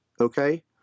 okay